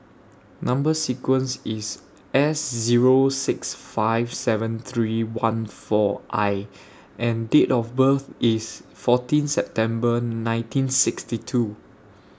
Number sequence IS S Zero six five seven three one four I and Date of birth IS fourteen September nineteen sixty two